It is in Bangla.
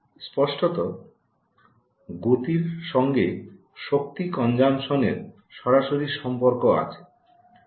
স্পষ্টত গতির সঙ্গে শক্তি কনজামশন এর সরাসরি সম্পর্ক আছে